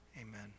Amen